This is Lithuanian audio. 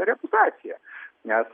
reputaciją nes